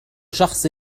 شخص